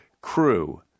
crew